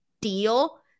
deal